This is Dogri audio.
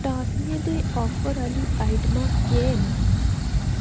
टाफियां दे आफर आह्लियां आइटमां केह् न